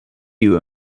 you